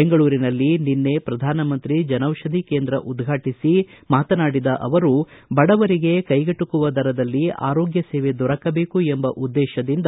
ಬೆಂಗಳೂರಿನಲ್ಲಿ ನಿನ್ನೆ ಪ್ರಧಾನಮಂತ್ರಿ ಜನೌಷಧಿ ಕೇಂದ್ರ ಉದ್ಘಾಟಿಸಿ ಮಾತನಾಡಿದ ಅವರು ಬಡವರಿಗೆ ಕೈಗೆಟುಕುವ ದರದಲ್ಲಿ ಆರೋಗ್ಯ ಸೇವೆ ದೊರಕಬೇಕು ಎಂಬ ಉದ್ದೇಶದಿಂದ